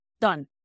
done